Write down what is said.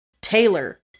Taylor